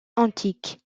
antique